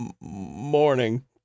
morning